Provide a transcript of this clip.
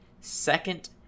second